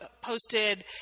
posted